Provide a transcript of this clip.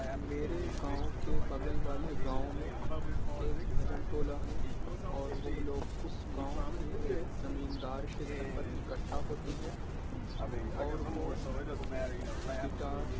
میرے گاؤں كے بغل والے گاؤں میں ایک بھجن ٹولہ ہے اور وہ لوگ اس گاؤں كے ایک زمیندار كے گھر پر اکٹھا ہوتے ہیں اور وہ گٹار